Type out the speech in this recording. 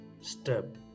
step